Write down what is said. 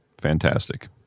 Fantastic